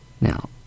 Now